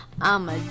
I'ma